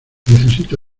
necesito